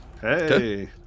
Hey